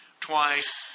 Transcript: twice